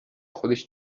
خودش